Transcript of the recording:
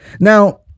Now